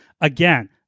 Again